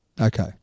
Okay